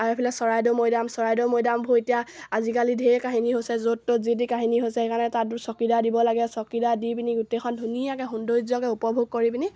আৰু এইফালে চৰাইদেউ মৈদাম চৰাইদেউ মৈদামবোৰ এতিয়া আজিকালি ঢেৰ কাহিনী হৈছে য'ত ত'ত যি তি কাহিনী হৈছে সেইকাৰণে তাত চকিদাৰ দিব লাগে চকিদাৰ দি পিনি গোটেইখন ধুনীয়াকৈ সৌন্দৰ্যকৈ উপভোগ কৰি পিনি